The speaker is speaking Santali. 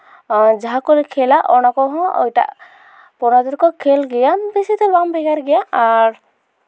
ᱡᱟᱦᱟᱸ ᱠᱚᱞᱮ ᱠᱷᱮᱞᱟ ᱚᱱᱟ ᱠᱚᱦᱚᱸ ᱮᱴᱟᱜ ᱯᱚᱱᱚᱛ ᱨᱮᱠᱚ ᱠᱷᱮᱞ ᱜᱮᱭᱟ ᱵᱮᱥᱤ ᱫᱚ ᱵᱟᱝ ᱵᱷᱮᱜᱟᱨ ᱜᱮᱭᱟ ᱟᱨ